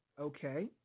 Okay